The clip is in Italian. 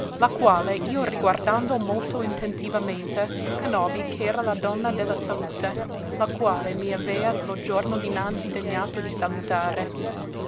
la quale io riguardando molto intentivamente conobbi ch'era la donna de la salute la quale m'avea lo giorno dinanzi degnato di salutare